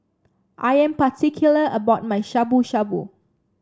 I am particular about my Shabu Shabu